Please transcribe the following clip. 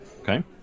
Okay